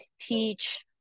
teach